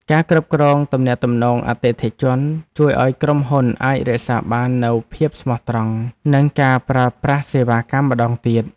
ការគ្រប់គ្រងទំនាក់ទំនងអតិថិជនជួយឱ្យក្រុមហ៊ុនអាចរក្សាបាននូវភាពស្មោះត្រង់និងការប្រើប្រាស់សេវាកម្មម្តងទៀត។